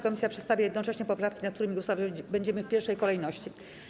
Komisja przedstawia jednocześnie poprawki, nad którymi głosować będziemy w pierwszej kolejności.